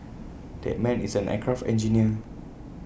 that man is an aircraft engineer